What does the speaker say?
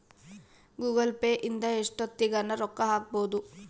Google Pay ಇಂದ ಎಷ್ಟೋತ್ತಗನ ರೊಕ್ಕ ಹಕ್ಬೊದು